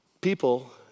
People